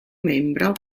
membro